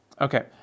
okay